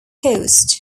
coast